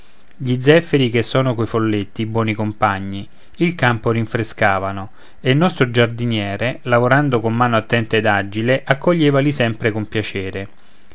gli zeffiri che sono coi folletti buoni compagni il campo rinfrescavano e il nostro giardiniere lavorando con mano attenta ed agile accoglievali sempre con piacere